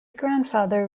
grandfather